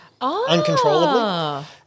uncontrollably